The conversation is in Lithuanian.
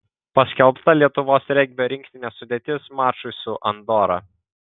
paskelbta lietuvos regbio rinktinės sudėtis mačui su andora